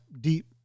deep